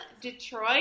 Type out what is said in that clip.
Detroit